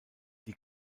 die